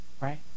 Right